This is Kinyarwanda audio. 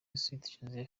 joseph